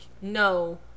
no